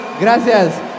gracias